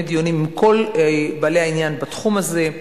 המועצה מקיימת דיונים עם כל בעלי העניין בתחום הזה,